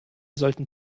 sollten